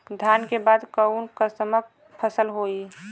धान के बाद कऊन कसमक फसल होई?